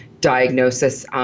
diagnosis